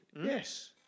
Yes